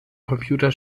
computer